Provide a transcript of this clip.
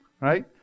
Right